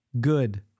good